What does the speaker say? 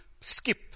skip